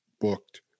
booked